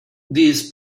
this